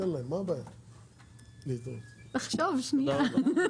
לחשוב, שנייה.